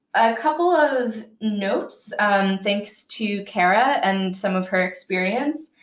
a couple of notes thanks to kara and some of her experience.